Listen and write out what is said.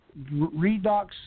redox